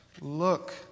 look